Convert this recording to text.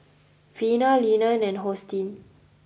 Vena Lina and Hosteen